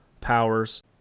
powers